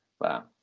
Wow